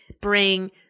bring